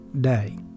day